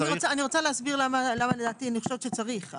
אני רוצה להסביר למה לדעתי אני חושבת שצריך.